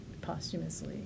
posthumously